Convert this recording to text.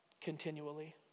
continually